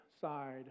side